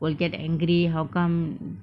will get the angry how come